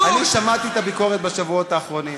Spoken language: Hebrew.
אני שמעתי את הביקורת בשבועות האחרונים,